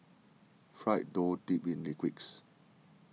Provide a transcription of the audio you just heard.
fried dough dipped in liquids